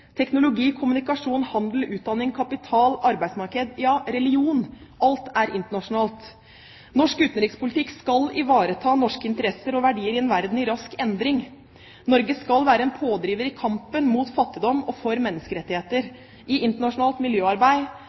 Teknologi, kommunikasjon, handel, utdanning, kapital, arbeidsmarked, ja, religion – alt er internasjonalt. Norsk utenrikspolitikk skal ivareta norske interesser og verdier i en verden i rask endring. Norge skal være en pådriver i kampen mot fattigdom og for menneskerettigheter, i internasjonalt miljøarbeid,